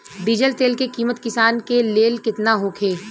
Diesel तेल के किमत किसान के लेल केतना होखे?